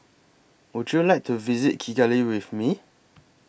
Would YOU like to visit Kigali with Me